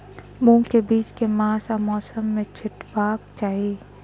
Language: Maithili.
मूंग केँ बीज केँ मास आ मौसम मे छिटबाक चाहि?